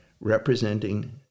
representing